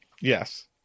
Yes